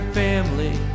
family